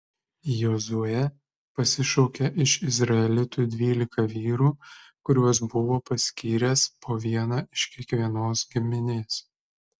jozuė pasišaukė iš izraelitų dvylika vyrų kuriuos buvo paskyręs po vieną iš kiekvienos giminės